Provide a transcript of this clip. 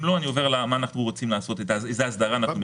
אם לא, אני עובר להסדרה שאנחנו רוצים לעשות.